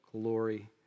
glory